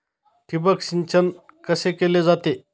ठिबक सिंचन कसे केले जाते?